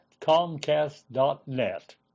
Comcast.net